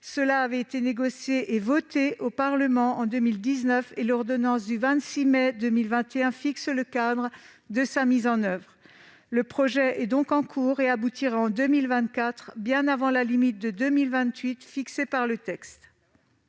Cela avait été négocié et voté au Parlement en 2019, et l'ordonnance du 26 mai 2021 fixe le cadre de sa mise en oeuvre. Le projet est donc en cours. Il aboutira en 2024, bien avant la limite de 2028 fixée par le texte.